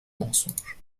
mensonge